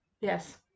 Yes